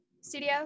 studio